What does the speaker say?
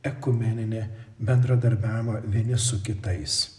ekumeninį bendradarbiavimą vieni su kitais